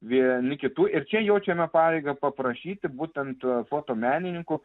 vieni kitų ir čia jaučiame pareigą paprašyti būtent fotomenininkų